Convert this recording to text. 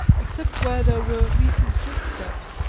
except where there were recent footsteps,